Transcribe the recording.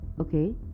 Okay